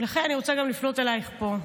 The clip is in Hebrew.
ולכן אני רוצה גם לפנות אלייך פה.